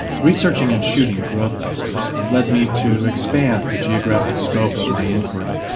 researching and shooting growthbusters led me to expand the geographic scope of my inquiry.